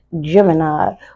Gemini